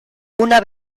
una